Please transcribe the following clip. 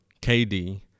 kd